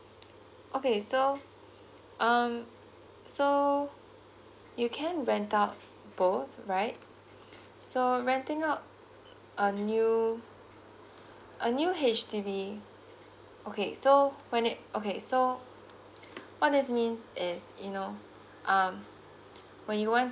okay so um so you can rent out both right so renting out a new a new H_D_B okay so when it okay so what this means is you know um when you want